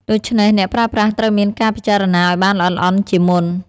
ដូច្នេះអ្នកប្រើប្រាស់ត្រូវមានការពិចារណាឱ្យបានល្អិតល្អន់ជាមុន។